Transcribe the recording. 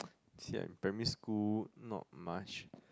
see I primary school not much